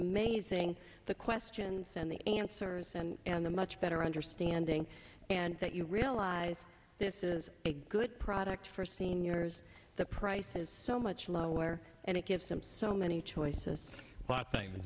amazing the questions and the answers and the much better understanding that you realize this is a good product for seniors the price is so much lower and it gives them so many choices